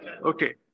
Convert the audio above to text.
Okay